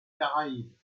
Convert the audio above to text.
caraïbes